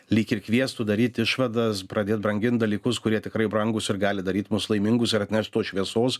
lyg ir kviestų daryt išvadas pradėt brangint dalykus kurie tikrai brangūs ir gali daryt mus laimingus ar atnešt tos šviesos